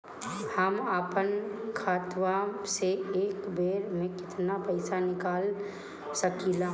हम आपन खतवा से एक बेर मे केतना पईसा निकाल सकिला?